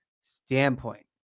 standpoint